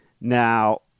Now